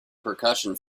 percussion